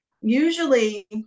usually